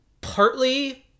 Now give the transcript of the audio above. partly